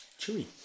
Chewy